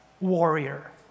warrior